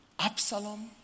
Absalom